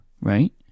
right